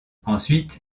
ensuite